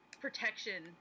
protection